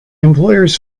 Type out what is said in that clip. employers